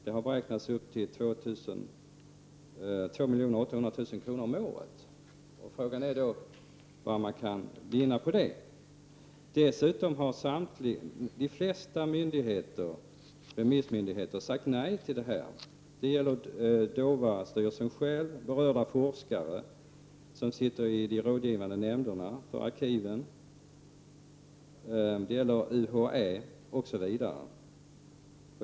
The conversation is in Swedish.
Det har beräknats till 2,8 milj.kr. om året. Frågan är vad man kan vinna på det. Dessutom har de flesta remissmyndigheter sagt nej till detta. Det gäller DOVA styrelsen själv, berörda forskare som sitter i de rådgivande nämnderna för arkiven och UHÄ osv.